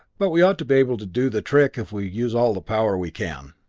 but we ought to be able to do the trick if we use all the power we can.